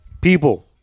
People